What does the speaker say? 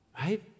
Right